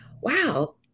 wow